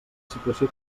situació